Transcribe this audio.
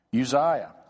Uzziah